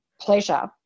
pleasure